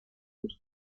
los